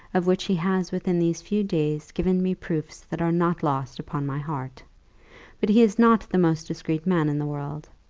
of which he has within these few days given me proofs that are not lost upon my heart but he is not the most discreet man in the world.